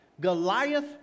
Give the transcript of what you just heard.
Goliath